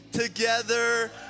Together